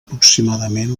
aproximadament